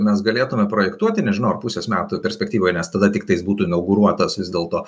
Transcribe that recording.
mes galėtume projektuoti nežinau ar pusės metų perspektyvoj nes tada tiktais būtų inauguruotas vis dėlto